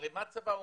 הרי מה הצבא אומר?